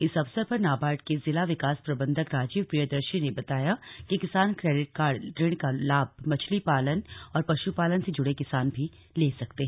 इस अवसर पर नाबार्ड के जिला विकास प्रबन्धक राजीव प्रियदर्शी ने बताया कि किसान क्रेडिट कार्ड ऋण का लाभ मछली पालन और पशुपालन से जुड़े किसान भी ले सकते हैं